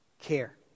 care